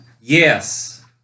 yes